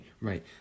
right